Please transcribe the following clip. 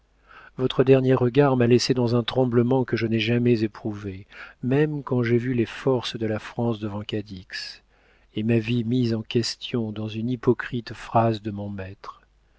votre dernier regard m'a laissé dans un tremblement que je n'ai jamais éprouvé même quand j'ai vu les forces de la france devant cadix et ma vie mise en question dans une hypocrite phrase de mon maître